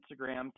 Instagram